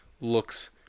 looks